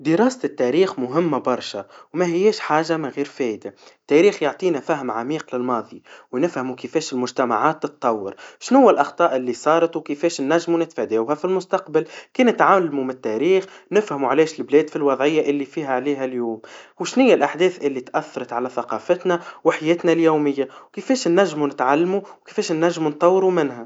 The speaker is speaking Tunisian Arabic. دراسة التاريخ مهما برشا, ومهياش حاجا مغير فايدا, التاريخ يعطينا فهم عميق للماضي, ونفهموا كيفاش المجتمعات تتطور, شنو الأخطاء اللي صارت, وكيفاش ننجموا نتفادوها في المستقبل, كي نتعلموا من التاريخ نفهموا علاش البلاد في الوضعيا اللي فيها عليها اليوم, وشنياا الأحداث اللي اتأثرت على ثقافتنا وحياتنا اليوميا, وكيفاش ننجموا نتعلموا, وكيفاش نطوروا منها.